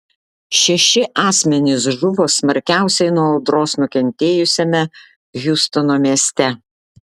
šeši asmenys žuvo smarkiausiai nuo audros nukentėjusiame hjustono mieste